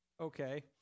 Okay